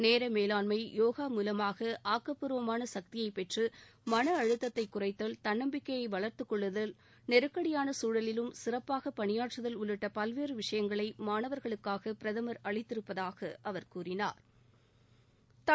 நேர மேலாண்மை யோகா மூலமாக ஆக்கப்பூர்வமான சக்தியை பெற்று மன அழுத்தத்தை குறைத்தல் தன்னம்பிக்கையை வளர்த்து கொள்ளுதல் நெருக்கடியான சூழலிலும் சிறப்பாக பணியாற்றுதல் உள்ளிட்ட பல்வேறு விஷயங்களை மாணவா்களுக்காக பிரதமா் அளித்திருப்பதாக கூறினாா்